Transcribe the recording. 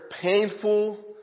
painful